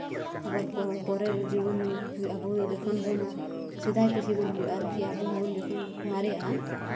ᱟᱵᱟᱨ ᱯᱚᱨᱮᱨ ᱡᱩᱣᱟᱹᱱ ᱟᱵᱚ ᱡᱚᱠᱷᱚᱱ ᱵᱚᱱ ᱥᱮᱫᱟᱭ ᱯᱤᱲᱦᱤ ᱵᱚᱱ ᱦᱩᱭᱩᱜᱼᱟ ᱟᱵ ᱦᱚᱸ ᱡᱚᱠᱷᱚᱱ ᱵᱚᱱ ᱢᱟᱨᱮᱜᱼᱟ ᱟᱵᱟᱨ ᱯᱚᱨᱮ ᱨᱮᱱᱟᱜ ᱡᱟᱦᱟᱸᱭ ᱡᱩᱣᱟᱹᱱ ᱯᱤᱲᱦᱤ ᱠᱚ ᱦᱤᱡᱩᱜᱼᱟ